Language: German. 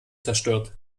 zerstört